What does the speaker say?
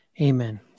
Amen